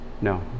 no